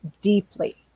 deeply